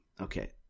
okay